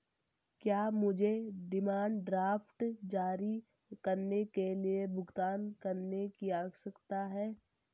क्या मुझे demand draft जारी करने के लिए भुगतान करने की आवश्यकता है?